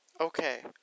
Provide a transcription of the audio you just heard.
Okay